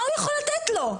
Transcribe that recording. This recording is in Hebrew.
מה הוא יכול לתת לו?